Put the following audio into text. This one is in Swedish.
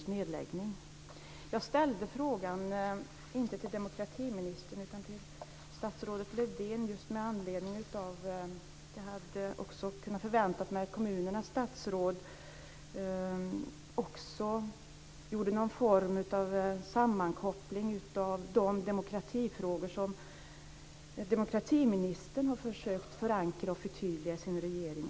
Jag ställde inte frågorna till demokratiministern utan till statsrådet Lövdén därför att jag förväntade mig att kommunernas statsråd också gjorde någon form av sammankoppling med de demokratifrågor som demokratiministern har försökt förankra och förtydliga i regeringen.